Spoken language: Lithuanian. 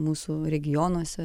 mūsų regionuose